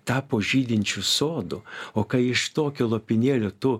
tapo žydinčiu sodu o kai iš tokio lopinėlio tu